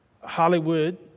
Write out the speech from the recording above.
Hollywood